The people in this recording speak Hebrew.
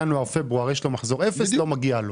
ינואר ופברואר יש לו מחזור אפס לא מגיע לו.